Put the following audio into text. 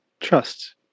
trust